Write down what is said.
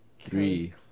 Three